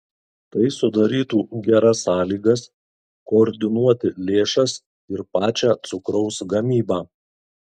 tai sudarytų geras sąlygas koordinuoti lėšas ir pačią cukraus gamybą